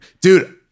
dude